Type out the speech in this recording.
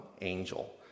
angel